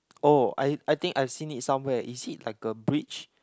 oh I I think I seen it somewhere is it like a bridge